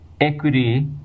equity